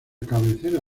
cabecera